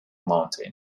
mountain